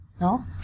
No